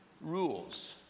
rules